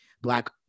Black